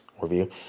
review